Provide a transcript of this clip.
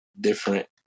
different